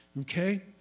okay